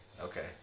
Okay